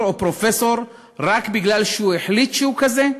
או פרופסור רק כי הוא החליט שהוא כזה?